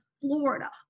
Florida